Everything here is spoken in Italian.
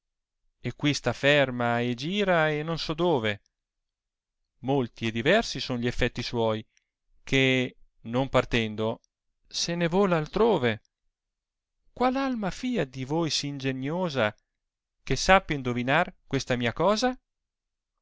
e qui sta ferma e gira e non so dove molti e diversi son gli effetti suoi che non partendo se ne vola altrove qual alma fia di voi sì ingeniosa che sappia indovinar questa mia cosa